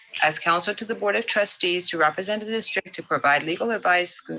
as council to the broad of trustees who represented the district, to provide legal advice,